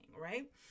right